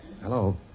Hello